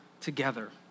together